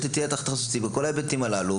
אתה תהיה תחת חסותי בכל ההיבטים הללו,